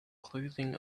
clothing